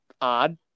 odd